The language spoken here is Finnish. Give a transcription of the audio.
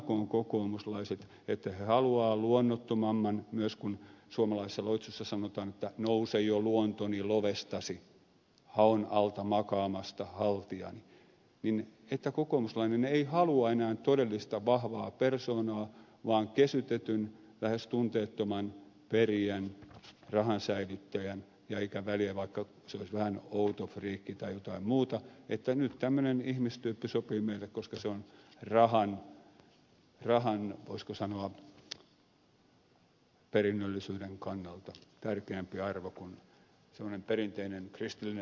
sanokoot kokoomuslaiset että he haluavat luonnottomamman myös kun suomalaisessa loitsussa sanotaan että nouse jo luontoni lovestasi haon alta makaamasta haltijani kun kokoomuslainen ei halua enää todellista vahvaa persoonaa vaan kesytetyn lähes tunteettoman perijän rahan säilyttäjän ja eikä väliä vaikka se olisi vähän outo friikki tai jotain muuta niin että nyt tämmöinen ihmistyyppi sopii meille koska se on rahan voisiko sanoa perinnöllisyyden kannalta tärkeämpi arvo kuin semmoinen perinteinen kristillinen ihmiskäsitys